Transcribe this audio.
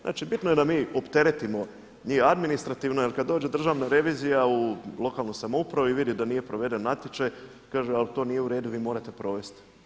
Znači bitno je da mi opteretimo i administrativno jer kada dođe državna revizija u lokalnu samoupravu i vidi da nije proveden natječaj kaže ali to nije u redu, vi morate provesti.